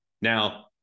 Now